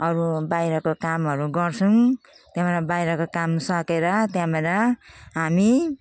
अरू बाहिरको कामहरू गर्छौँ त्यहाँबाट बाहिरको काम सकेर त्यहाँबाट हामी